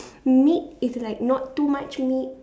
meat is like not too much meat